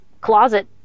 closet